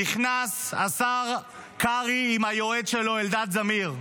נכנס השר קרעי עם היועץ שלו אלעד זמיר.